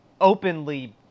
openly